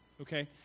Okay